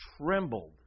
trembled